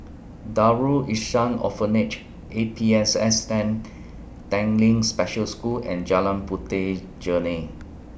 Darul Ihsan Orphanage A P S S N Tanglin Special School and Jalan Puteh Jerneh